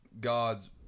God's